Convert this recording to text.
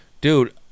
Dude